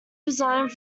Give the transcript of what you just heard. resigned